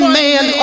man